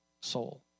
soul